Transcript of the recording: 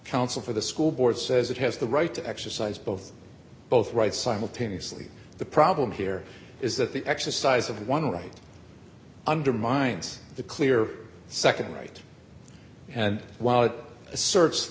counsel for the school board says it has the right to exercise both both rights simultaneously the problem here is that the exercise of one right undermines the clear nd right and while it asse